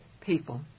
people